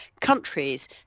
countries